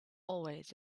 always